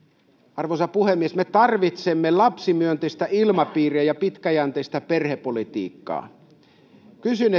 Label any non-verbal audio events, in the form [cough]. arvoisa puhemies me tarvitsemme lapsimyönteistä ilmapiiriä ja pitkäjänteistä perhepolitiikkaa kysyn [unintelligible]